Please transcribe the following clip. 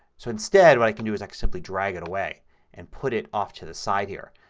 so instead what i can do is like simply drag it away and put it off to the side here.